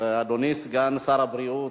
אדוני סגן שר הבריאות,